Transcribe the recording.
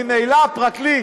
ממילא הפרקליט